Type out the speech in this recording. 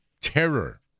terror